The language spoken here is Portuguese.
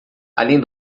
além